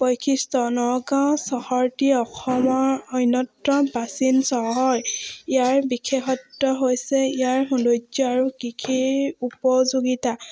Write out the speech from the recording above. বৈশিষ্ট নগাঁও চহৰটি অসমৰ অন্যতম প্ৰাচীন চহৰ ইয়াৰ বিশেষত্ব হৈছে ইয়াৰ সৌন্দৰ্য আৰু কৃষিৰ উপযোগিতা